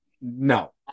No